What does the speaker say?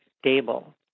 stable